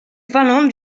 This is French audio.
finlande